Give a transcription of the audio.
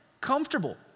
comfortable